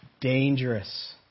Dangerous